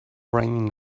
reign